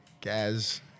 Gaz